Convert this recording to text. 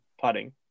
putting